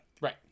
right